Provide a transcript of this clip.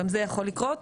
גם זה יכול לקרות.